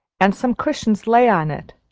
and some cushions lay on it,